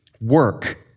Work